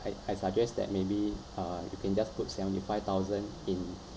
I I suggest that maybe uh you can just put seventy five thousand in